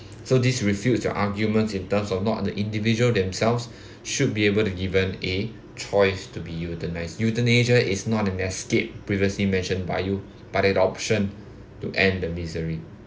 so this refutes your arguments in terms of not the individual themselves should be able to given a choice to be euthanized euthanasia is not an escape previously mentioned by you but an option to end the misery